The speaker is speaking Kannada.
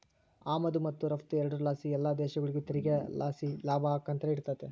ಆಮದು ಮತ್ತು ರಫ್ತು ಎರಡುರ್ ಲಾಸಿ ಎಲ್ಲ ದೇಶಗುಳಿಗೂ ತೆರಿಗೆ ಲಾಸಿ ಲಾಭ ಆಕ್ಯಂತಲೆ ಇರ್ತತೆ